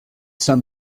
some